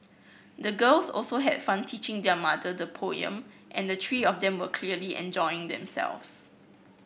the girls also had fun teaching their mother the poem and the three of them were clearly enjoying themselves